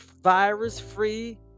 virus-free